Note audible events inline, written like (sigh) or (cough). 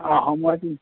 অঁ (unintelligible)